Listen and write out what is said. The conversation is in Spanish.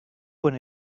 con